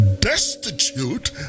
destitute